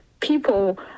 people